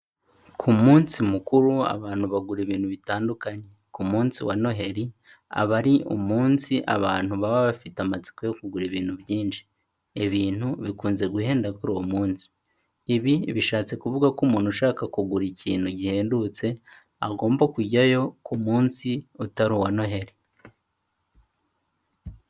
Ku munsi mukuru abantu bagura ibintu bitandukanye, ku munsi wa noheli abari umunsi abantu baba bafite amatsiko yo kugura ibintu byinshi. Ibintu bikunze guhenda kuri uwo munsi, ibi bishatse kuvuga ko umuntu ushaka kugura ikintu gihendutse agomba kujyayo ku munsi utari uwa noheli.